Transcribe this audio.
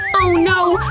oh no!